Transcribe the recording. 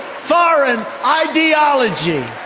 foreign. ideology.